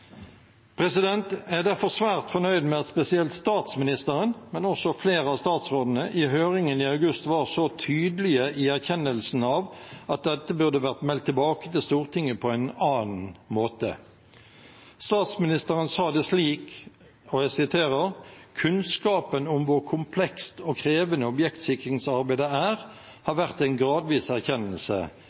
Jeg er derfor svært fornøyd med at spesielt statsministeren, men også flere av statsrådene, i høringen i august var så tydelige i erkjennelsen av at dette burde vært meldt tilbake til Stortinget på en annen måte. Statsministeren sa det slik: «Kunnskapen om hvor komplekst og krevende objektsikringsarbeidet er, har vært en gradvis erkjennelse.